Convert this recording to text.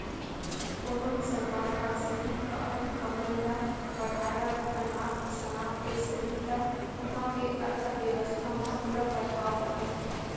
कोनो भी सरकार ह सिरिफ अपन कमई ल बड़हाए बर अनाप सनाप टेक्स लेहि त उहां के अर्थबेवस्था म बुरा परभाव परही